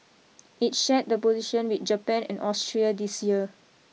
it shared the position with Japan and Austria this year